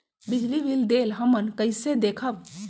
बिजली बिल देल हमन कईसे देखब?